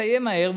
ותסתיים מהר,